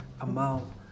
amount